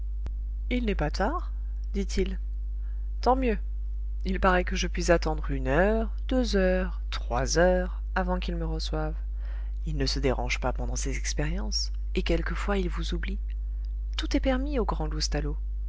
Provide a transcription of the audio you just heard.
il n'est pas tard dit-il tant mieux il paraît que je puis attendre une heure deux heures trois heures avant qu'il me reçoive il ne se dérange pas pendant ses expériences et quelquefois il vous oublie tout est permis au grand